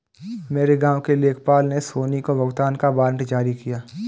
मेरे गांव के लेखपाल ने सोनी को भुगतान का वारंट जारी किया